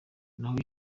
naho